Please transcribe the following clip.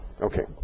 Okay